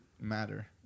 matter